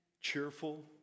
cheerful